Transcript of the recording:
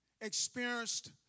experienced